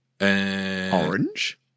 Orange